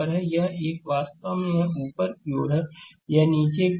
यह एक है वास्तव में यह ऊपर की ओर है यह नीचे की ओर है